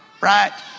right